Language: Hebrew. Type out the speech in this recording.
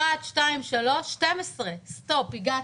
אחת, שתיים, שלוש, שתים-עשרה, סטופ, הגעתי.